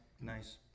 nice